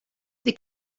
the